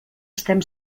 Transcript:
estem